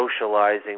socializing